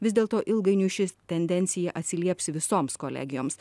vis dėlto ilgainiui šis tendencija atsilieps visoms kolegijoms